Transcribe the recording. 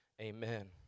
Amen